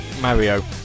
Mario